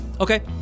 Okay